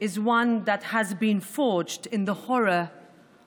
הכנסת היא מקום של דמוקרטיה,